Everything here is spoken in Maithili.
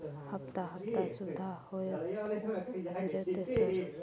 हफ्ता हफ्ता सुविधा होय जयते सर?